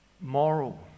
moral